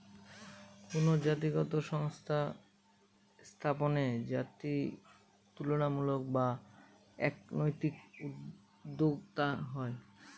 কোনো জাতিগত সংস্থা স্থাপনে জাতিত্বমূলক বা এথনিক উদ্যোক্তা হয়